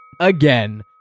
again